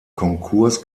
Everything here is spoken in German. konkurs